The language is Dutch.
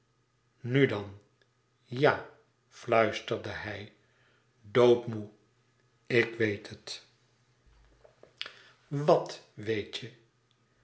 nu dan ja fluisterde hij doodmoê ik weet het wat weet je